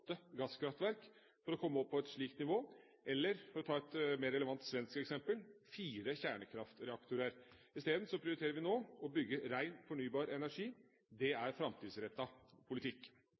åtte gasskraftverk for å komme opp på et slikt nivå eller – for å ta et mer relevant svensk eksempel – fire kjernekraftreaktorer. I stedet prioriterer vi nå å bygge rein fornybar energi. Det er framtidsrettet politikk.